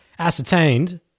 Ascertained